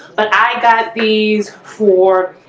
but i got these four